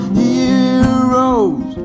heroes